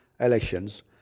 elections